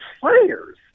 players